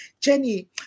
Jenny